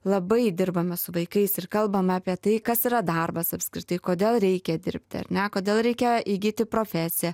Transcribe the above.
labai dirbame su vaikais ir kalbame apie tai kas yra darbas apskritai kodėl reikia dirbti ar ne kodėl reikia įgyti profesiją